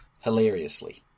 hilariously